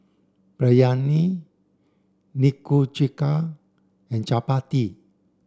Biryani Nikujaga and Chapati